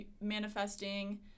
manifesting